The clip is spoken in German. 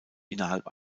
innerhalb